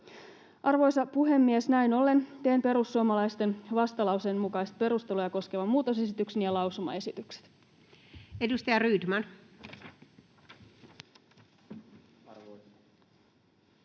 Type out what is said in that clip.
Arvoisa puhemies! Näin ollen teen perussuomalaisten vastalauseen mukaiset perusteluja koskevan muutosesityksen ja lausumaesitykset. [Speech